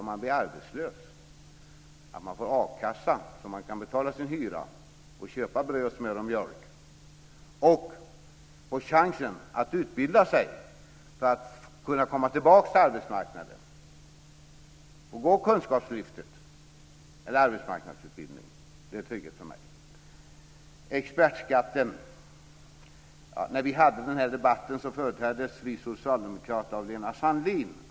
Att man får a-kassa om man blir arbetslös så att man kan betala sin hyra och köpa bröd, smör och mjölk är trygghet för mig. Att man får chansen att utbilda sig för att kunna komma tillbaks till arbetsmarknaden och gå Kunskapslyftet eller arbetsmarknadsutbildning är trygghet för mig. Så till expertskatten. Under den debatten företräddes vi socialdemokrater av Lena Sandlin.